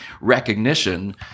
recognition